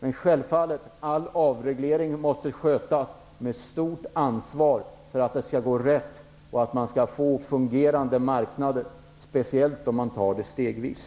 Men självfallet måste all avreglering skötas med stort ansvar för att det skall gå rätt till och för att man skall få fungerande marknader, speciellt om man tar det stegvis.